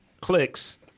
clicks